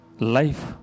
Life